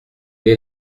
est